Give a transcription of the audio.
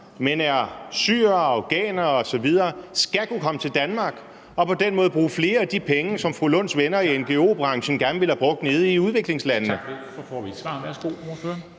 men er syrere og afghanere osv., skal kunne komme til Danmark, og man på den måde bruger flere af de penge, som fru Rosa Lunds venner i ngo-branchen gerne ville have brugt nede i udviklingslandene.